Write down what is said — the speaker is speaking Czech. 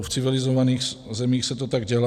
V civilizovaných zemích se to tak dělá.